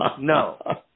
no